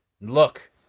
Look